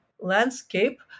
landscape